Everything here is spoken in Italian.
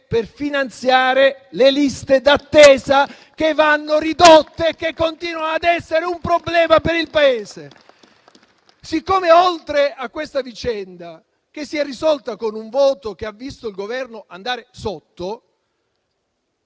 per finanziare le liste d'attesa, che vanno ridotte e che continuano ad essere un problema per il Paese. Questa vicenda si è risolta con un voto che ha visto il Governo essere battuto,